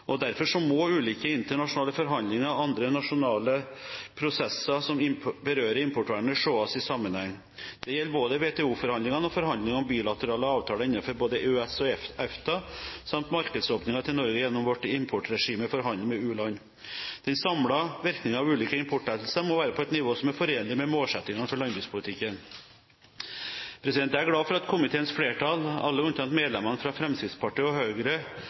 matproduksjon. Derfor må ulike internasjonale forhandlinger og andre nasjonale prosesser som berører importvernet, ses i sammenheng. Dette gjelder både WTO-forhandlingene og forhandlinger om bilaterale avtaler innenfor både EØS og EFTA, samt markedsåpninger til Norge gjennom vårt importregime for handel med u-land. Den samlede virkningen av ulike importlettelser må være på et nivå som er forenlig med målsettingene for landbrukspolitikken. Jeg er glad for at komiteens flertall, alle unntatt medlemmene fra Fremskrittspartiet og Høyre,